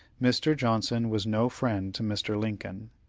mr. johnson was no friend to mr. lincoln,